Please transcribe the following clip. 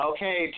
Okay